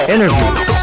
Interviews